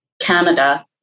Canada